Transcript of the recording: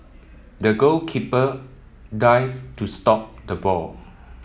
the goalkeeper dived to stop the ball